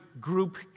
group